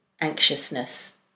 anxiousness